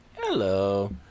Hello